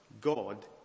God